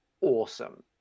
awesome